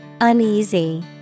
Uneasy